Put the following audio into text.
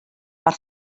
per